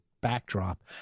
backdrop